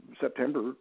September